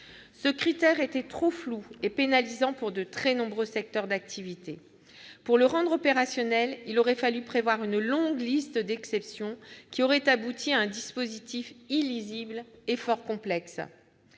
Ce critère était trop flou et pénalisant pour de très nombreux secteurs d'activités. Pour le rendre opérationnel, il aurait fallu prévoir une longue liste d'exceptions, qui aurait abouti à un dispositif illisible et fort complexe.